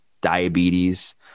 diabetes